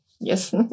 Yes